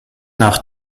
nach